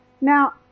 Now